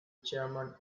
chairman